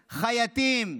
חייטים,